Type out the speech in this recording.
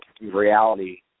reality